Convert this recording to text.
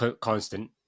constant